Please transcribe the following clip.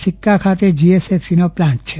સિક્કા ખાતે જીએસએફસીનો પ્લાન્ટ છે